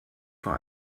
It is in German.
vor